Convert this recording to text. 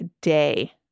day